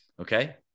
Okay